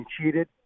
cheated